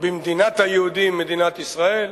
במדינת היהודים, מדינת ישראל,